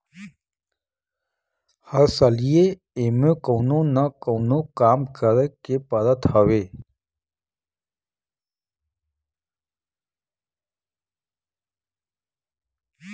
हर सलिए एमे कवनो न कवनो काम करे के पड़त हवे